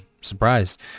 surprised